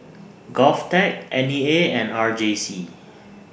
Govtech N E A and R J C